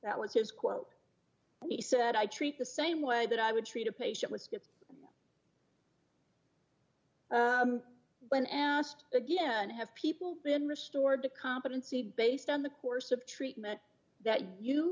that was his quote he said i treat the same way that i would treat a patient was when asked again have people been restored to competency based on the course of treatment that you